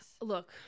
Look